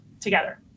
together